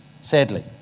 sadly